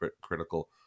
critical